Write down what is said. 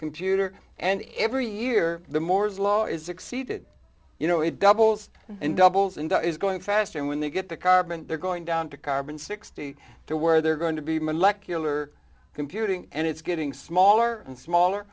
computer and every year the moore's law is exceeded you know it doubles and doubles and is going faster and when they get the carbon they're going down to carbon sixty to word they're going to be molecular computing and it's getting smaller and smaller